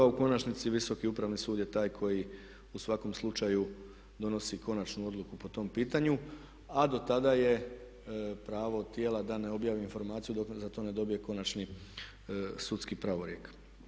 U konačnici Visoki upravni sud je taj koji u svakom slučaju donosi konačnu odluku po tom pitanju, a dotada je pravo tijela da ne objavi informaciju dok za to ne dobije konačni sudski pravorijek.